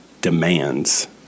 demands